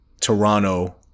Toronto